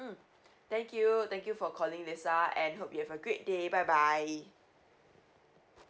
mm thank you thank you for calling lisa and hope you have a great day bye bye